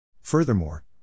Furthermore